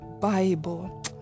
Bible